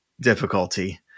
difficulty